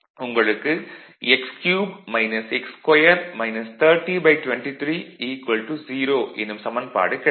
உங்களுக்கு x3 x2 3023 0 எனும் சமன்பாடு கிடைக்கும்